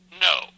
No